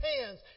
hands